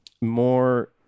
more